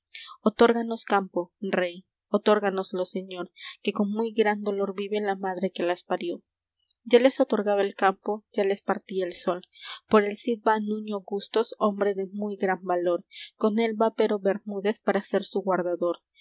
quistión otórganos campo rey otórganoslo señor que con muy gran dolor vive la madre que las parió ya les otorgaba el campo ya les partía el sol por el cid va nuño gustos hombre de muy gran valor con él va pero bermúdez para ser su guardador